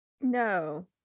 No